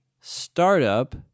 startup